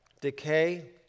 decay